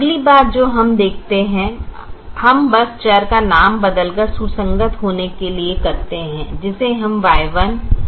अगली बात जो हम करते हैं हम बस चर का नाम बदलकर सुसंगत होने के लिए करते हैं जिसे हम Y1 Y2 Y3 Y4 कहते हैं